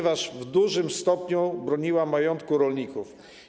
W dużym stopniu broniła majątku rolników.